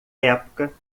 época